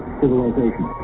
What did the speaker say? civilization